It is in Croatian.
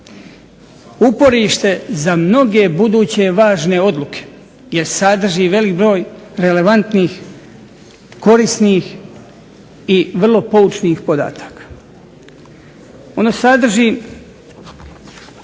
uporište za mnoge buduće važne odluke, jer sadrži veliki broj relevantnih korisnih i vrlo poučnih podataka. Ono sadrži